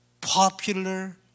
Popular